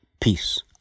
Peace